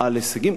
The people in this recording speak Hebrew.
על הישגים,